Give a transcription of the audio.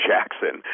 Jackson